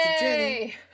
Yay